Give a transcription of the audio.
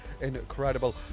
incredible